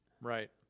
Right